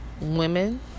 women